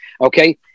Okay